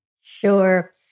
Sure